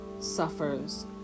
suffers